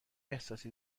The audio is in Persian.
احساسی